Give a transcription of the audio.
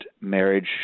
marriage